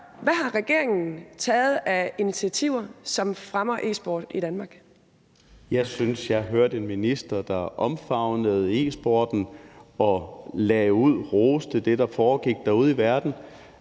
Hvad har regeringen taget af initiativer, som fremmer e-sport i Danmark? Kl. 17:07 Malte Larsen (S): Jeg synes, jeg hørte en minister, der omfavnede e-sporten, og hun lagde ud med at rose det, der foregår derude i verden,